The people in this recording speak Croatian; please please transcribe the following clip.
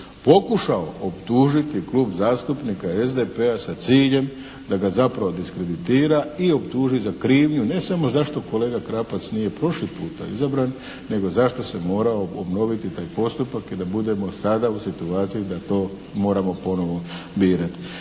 pokušao optužiti Klub zastupnika SDP-a sa ciljem da ga zapravo diskreditira i optuži za krivnju ne samo zašto kolega Krapac nije prošli puta izabran nego zašto se je morao obnoviti taj postupak i da budemo sada u situaciji da to moramo ponovo birati.